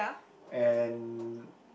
and